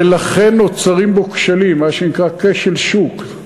ולכן נוצרים בו כשלים, מה שנקרא כשל שוק.